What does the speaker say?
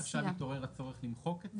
ורק עכשיו התעורר הצורך למחוק את זה?